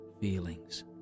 feelings